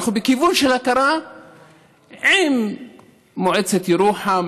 אנחנו בכיוון של הכרה עם מועצת ירוחם,